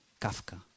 Kafka